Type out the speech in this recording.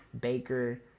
Baker